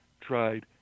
tried